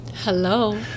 hello